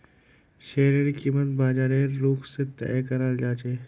शेयरेर कीमत बाजारेर रुख से तय कराल जा छे